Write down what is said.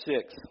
six